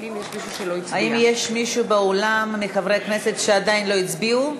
האם יש מישהו באולם מחברי הכנסת שעדיין לא הצביע?